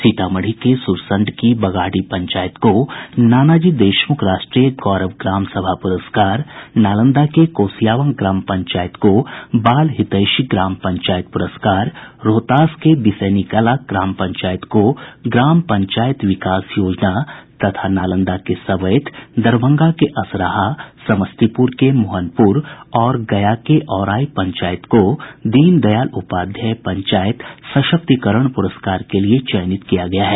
सीतामढ़ी के सुरसंड की बगाढ़ी पंचायत को नानाजी देखमुख राष्ट्रीय गौरव ग्राम सभा पुरस्कार नालंदा के कोसियावां ग्राम पंचायत को बाल हितैषी ग्राम पंचायत पुरस्कार रोहतास के बिसैनीकला ग्राम पंचायत को ग्राम पंचायत विकास योजना तथा नालंदा के सबैथ दरभंगा के असरहा समस्तीपुर के मोहनपुर और गया के औरांव पंचायत को दीन दयाल उपाध्याय पंचायत सशक्तीकरण प्रस्कार के लिए चयनित किया गया है